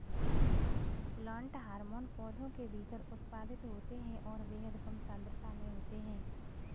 plant hormone पौधों के भीतर उत्पादित होते हैंऔर बेहद कम सांद्रता में होते हैं